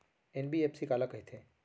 NBFC काला कहिथे?